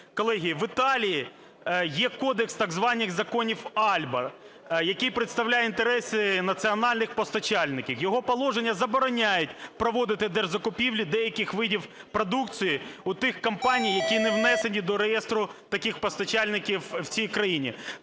Колеги, в Італії є кодекс так званих законів "Альба", який представляє інтереси національних постачальників. Його положення забороняють проводити держзакупівлі деяких видів продукції у тих компаній, які не внесені до реєстру таких постачальників в цій країні.